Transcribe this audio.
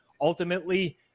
ultimately